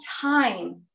time